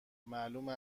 معلومه